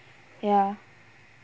ya